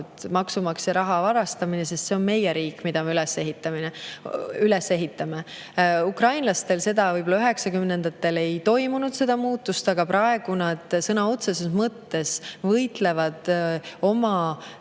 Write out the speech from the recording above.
maksumaksja raha varastamine, sest see on meie riik, mida me üles ehitame. Ukrainlastel seda muutust võib-olla üheksakümnendatel ei toimunud, aga praegu nad sõna otseses mõttes võitlevad oma